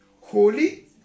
holy